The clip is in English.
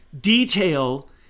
detail